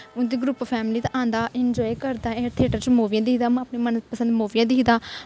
उं'दी group family दा औंदा इंजाए करदा थियेटर च मूवियां दिखदा मन पसंद मूवियां दिखदा